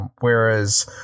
whereas